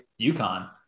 UConn